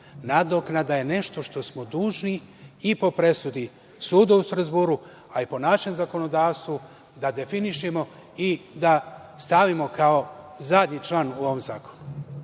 Nadoknada je nešto što smo dužni i po presudi Suda u Strazburu, a i po našem zakonodavstvu, da definišemo i da stavimo kao zadnji član u ovom zakonu.